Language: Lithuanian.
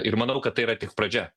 ir manau kad tai yra tik pradžia